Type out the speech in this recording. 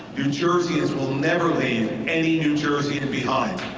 new jerseyans will never leave any new jerseyan behind.